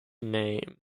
name